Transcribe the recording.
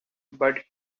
but